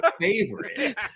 favorite